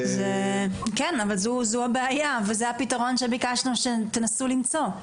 כן, זו הבעיה וזה הפתרון שביקשנו שתנסו למצוא.